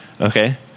Okay